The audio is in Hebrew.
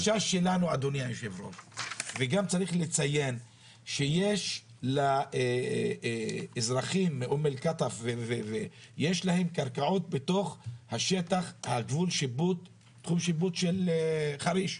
צריך לציין שיש לאזרחים מאום אל קטאף קרקעות בתחום השיפוט של חריש.